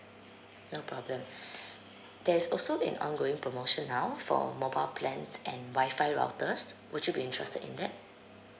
no problem there's also an ongoing promotion now for mobile plans and wi-fi routers would you be interested in that